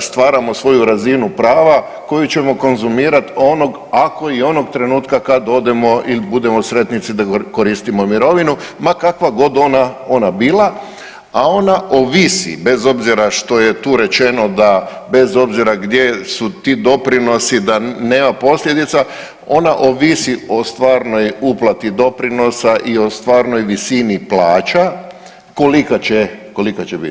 stvaramo svoju razinu prava koju ćemo konzumirati onog, ako i onog trenutka kad odemo ili budemo sretnici da koristimo mirovinu, ma kakav god ona, ona bila, a ona ovisi bez obzira što je tu rečeno da bez obzira gdje su ti doprinosi da nema posljedica, ona ovisi o stvarnoj uplati doprinosa i o stvarnoj visini plaća kolika će biti.